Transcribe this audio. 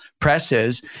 presses